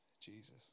Jesus